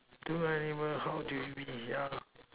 two animal how do you meet ya